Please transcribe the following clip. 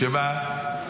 שמה?